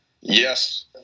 Yes